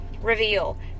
reveal